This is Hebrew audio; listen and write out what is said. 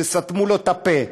שסתמו לו את הפה,